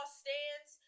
stands